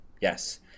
Yes